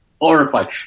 horrified